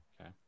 Okay